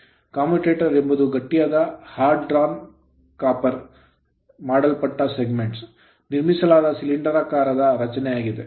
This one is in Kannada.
commutator ಕಮ್ಯೂಟರೇಟರ್ ಎಂಬುದು ಗಟ್ಟಿಯಾದ hard drawn copper ಎಳೆಯತಾಮ್ರದಿಂದ ಮಾಡಲ್ಪಟ್ಟ segments ಸೆಗ್ಮೆಂಟ್ ಗಳಿಂದ ನಿರ್ಮಿಸಲಾದ ಸಿಲಿಂಡರಾಕಾರದ ರಚನೆಯಾಗಿದೆ